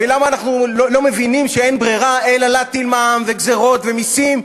למה אנחנו לא מבינים שאין ברירה אלא להטיל מע"מ וגזירות ומסים,